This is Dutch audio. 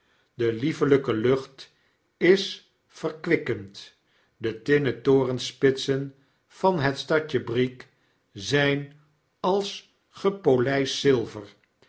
de liefelyke lucht is verkwikkend de tinnen torehspitsen van het stadje brieg zyn als gepolyst zilver